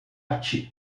arte